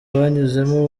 banyuzemo